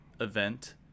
event